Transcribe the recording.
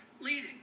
leading